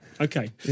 Okay